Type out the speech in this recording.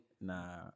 Nah